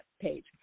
page